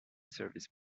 service